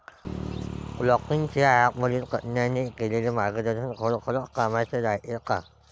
Plantix या ॲपमधील तज्ज्ञांनी केलेली मार्गदर्शन खरोखरीच कामाचं रायते का?